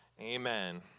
Amen